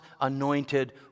anointed